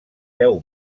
deu